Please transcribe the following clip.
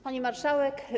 Pani Marszałek!